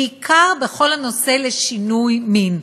בעיקר בכל הנושא של שינוי מין.